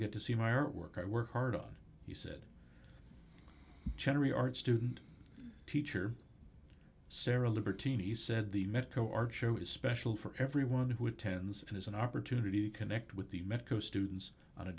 get to see my artwork i work hard on he said generally art student teacher sarah libertine he said the metro art show is special for everyone who attends it is an opportunity connect with the metro students on a